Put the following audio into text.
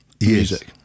music